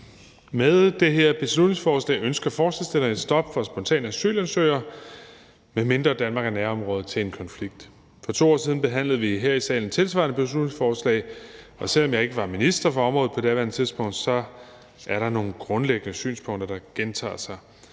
Med det her beslutningsforslag ønsker forslagsstillerne et stop for spontan asylansøgning, medmindre Danmark er nærområde til en konflikt. For 2 år siden behandlede vi her i salen et tilsvarende beslutningsforslag, og selv om jeg ikke var minister for området på daværende tidspunkt, er der nogle grundlæggende synspunkter, der gentager sig.